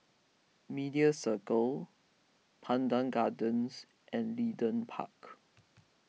Media Circle Pandan Gardens and Leedon Park